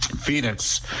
phoenix